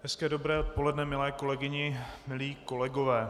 Hezké dobré odpoledne, milé kolegyně, milí kolegové.